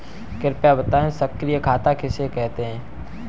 कृपया बताएँ सक्रिय खाता किसे कहते हैं?